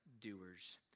doers